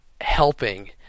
helping